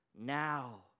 now